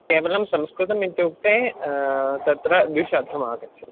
केवलं संस्कृतम् इत्युक्ते तत्र द्विशतम् आगच्छति